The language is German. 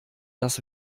das